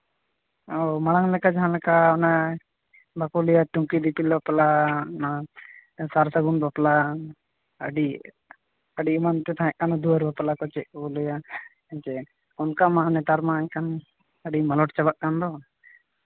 ᱢᱟᱲᱟᱝ ᱞᱮᱠᱟ ᱡᱟᱦᱟᱸ ᱞᱮᱠᱟ ᱚᱱᱟ ᱵᱟᱠᱚ ᱞᱟᱹᱭᱟ ᱴᱩᱢᱠᱤ ᱫᱤᱯᱤᱞ ᱵᱟᱯᱞᱟ ᱚᱱᱟ ᱥᱟᱨ ᱥᱟᱹᱜᱩᱱ ᱵᱟᱯᱞᱟ ᱟᱹᱰᱤ ᱟᱹᱰᱤᱢᱟᱲᱟᱝ ᱛᱮ ᱛᱮ ᱛᱟᱦᱮᱸ ᱠᱟᱱᱟ ᱫᱩᱣᱟᱹᱨ ᱵᱟᱯᱞᱟ ᱠᱚ ᱪᱮᱫ ᱠᱚ ᱞᱟᱹᱭᱟ ᱦᱮᱸᱪᱮ ᱚᱱᱠᱟ ᱢᱟ ᱱᱮᱛᱟᱨ ᱢᱟ ᱮᱱᱠᱷᱟᱱ ᱟᱹᱰᱤ ᱢᱟᱞᱚᱴ ᱪᱟᱵᱟᱜ ᱠᱟᱱ ᱫᱚ